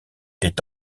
est